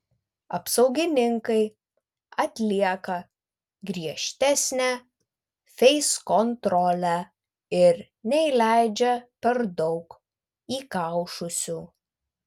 apsaugininkai atlieka griežtesnę feiskontrolę ir neįleidžia per daug įkaušusių